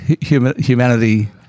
humanity